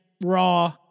Raw